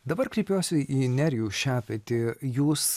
dabar kreipiuosi į nerijų šepetį jūs